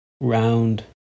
round